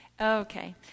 Okay